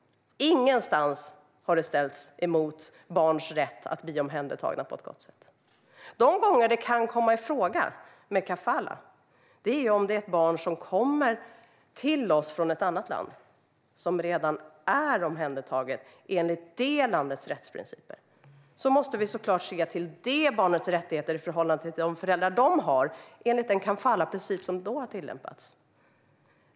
Ingenstans har det ställts mot barns rätt att bli omhändertagna på ett bra sätt. De gånger kafalah kan komma i fråga är om ett barn kommer till oss som redan är omhändertaget i ett annat land enligt det landets rättsprinciper. Då måste vi såklart se till det barnets rättigheter i förhållande till de föräldrar det har, enligt den kafalahprincip som då har tillämpats.